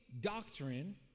doctrine